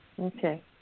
Okay